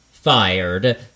fired